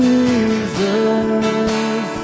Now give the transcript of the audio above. Jesus